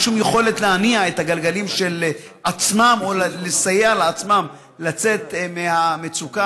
שום יכולת להניע את הגלגלים של עצמן או לסייע לעצמן לצאת מהמצוקה.